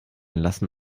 lassen